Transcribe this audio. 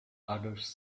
others